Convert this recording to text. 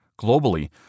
Globally